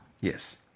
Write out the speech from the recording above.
Yes